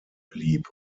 blieb